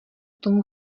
tomu